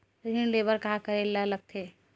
ऋण ले बर का करे ला लगथे?